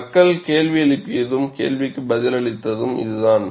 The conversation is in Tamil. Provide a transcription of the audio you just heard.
மக்கள் கேள்வி எழுப்பியதும் கேள்விக்கு பதிலளித்ததும் இதுதான்